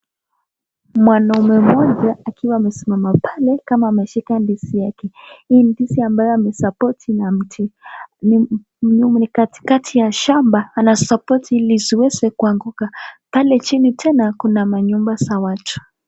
Mwanaume mmoja akiwa amesimama pale kama ameshika ndizi yake. Hii ndizi ambayo ameisuppoti na mti. Ni katikati ya shamba anaisuppoti ili isiweze kuanguka. Pale chini tena kuna manyumba za watu.